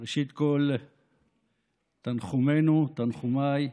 ראשית, תנחומינו, תנחומיי,